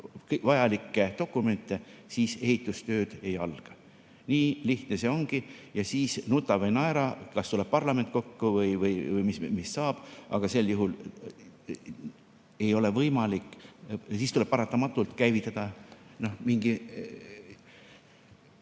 vajalikke dokumente, siis ehitustööd ei alga. Nii lihtne see ongi. Ja siis nuta või naera, kas tuleb parlament kokku või mis saab, aga sel juhul ei ole võimalik. Siis tuleb paratamatult käivitada mingi